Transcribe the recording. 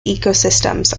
ecosystems